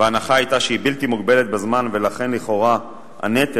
וההנחה היתה שהיא בלתי מוגבלת בזמן ולכן לכאורה הנטל